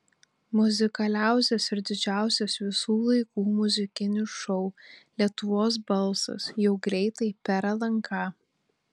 muzikaliausias ir didžiausias visų laikų muzikinis šou lietuvos balsas jau greitai per lnk